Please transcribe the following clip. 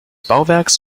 bauwerks